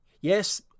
Yes